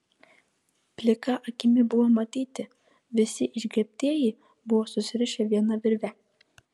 plika akimi buvo matyti visi išgriebtieji buvo susirišę viena virve